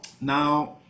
now